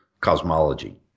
cosmology